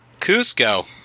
Cusco